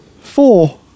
four